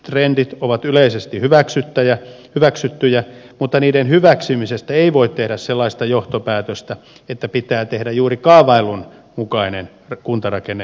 trendit ovat yleisesti hyväksyttyjä mutta niiden hyväksymisestä ei voi tehdä sellaista johtopäätöstä että pitää tehdä juuri kaavaillun mukainen kuntarakenneuudistus